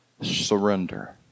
surrender